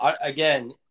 Again